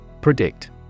PREDICT